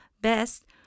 best